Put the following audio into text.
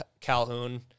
Calhoun